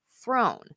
throne